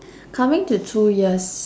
coming to two years